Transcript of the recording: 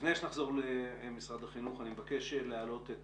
לפני שנחזור למשרד החינוך אני מבקש להעלות את